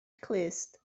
clust